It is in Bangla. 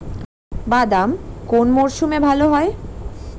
বাদাম কোন মরশুমে ভাল হয়?